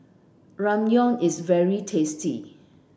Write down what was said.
Ramyeon is very tasty